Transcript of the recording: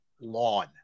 lawn